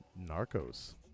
Narcos